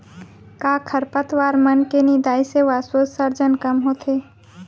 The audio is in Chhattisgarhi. का खरपतवार मन के निंदाई से वाष्पोत्सर्जन कम होथे?